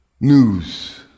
news